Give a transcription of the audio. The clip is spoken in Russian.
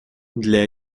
для